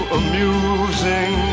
amusing